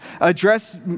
address